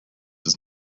does